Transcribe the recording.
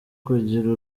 kugira